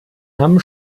haben